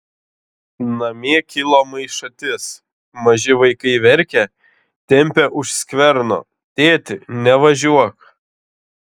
namie kilo maišatis maži vaikai verkia tempia už skverno tėti nevažiuok